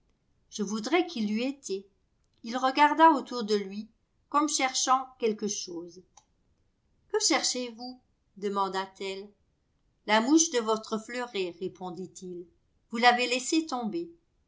je voudrais qu'il l'eût été il regarda autour de lui comme cherchant quelque chose que cherchez-vous dëmanda t elle la mouche de votre fleuret répondit-il vous l'avez laissée tomber